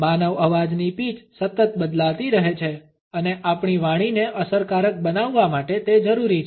માનવ અવાજની પીચ સતત બદલાતી રહે છે અને આપણી વાણીને અસરકારક બનાવવા માટે તે જરૂરી છે